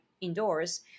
indoors